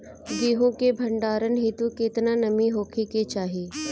गेहूं के भंडारन हेतू कितना नमी होखे के चाहि?